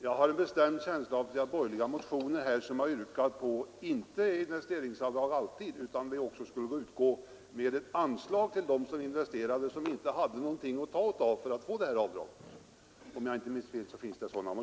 Jag har en bestämd känsla av att det finns borgerliga motioner som yrkat på att det skulle utgå ett anslag — i stället för ett investeringsavdrag — till dem som investerade och inte hade någonting att ta utav.